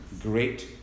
great